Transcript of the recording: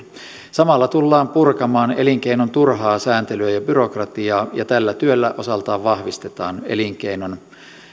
samalla tullaan purkamaan elinkeinon turhaa sääntelyä ja byrokratiaa ja tällä työllä osaltaan vahvistetaan elinkeinon